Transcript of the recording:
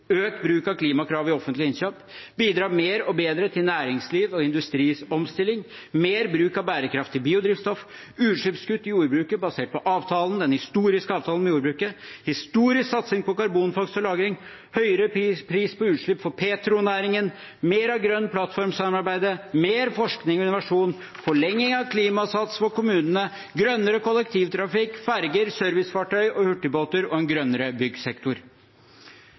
økt bruk av klimakrav i offentlige innkjøp bidra mer og bedre til næringslivs- og industriomstilling mer bruk av bærekraftig biodrivstoff utslippskutt i jordbruket basert på avtalen – den historiske avtalen med jordbruket historisk satsing på karbonfangst og -lagring høyere pris på utslipp for petronæringen mer av Grønn plattform-samarbeidet mer forskning og innovasjon forlenging av Klimasats for kommunene grønnere kollektivtrafikk, ferger, servicefartøy og hurtigbåter en grønnere byggsektor